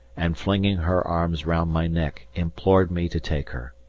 and, flinging her arms round my neck, implored me to take her.